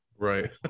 right